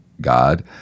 God